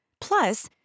Plus